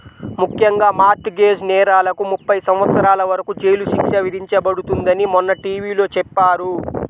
ముఖ్యంగా mortgage నేరాలకు ముప్పై సంవత్సరాల వరకు జైలు శిక్ష విధించబడుతుందని మొన్న టీ.వీ లో చెప్పారు